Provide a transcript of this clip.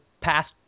past